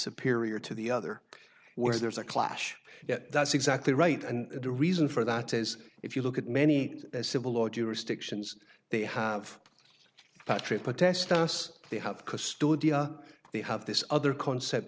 superior to the other where there's a clash yet that's exactly right and the reason for that is if you look at many civil law jurisdictions they have patrick protest us they have they have this other concept